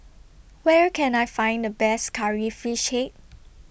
Where Can I Find The Best Curry Fish Head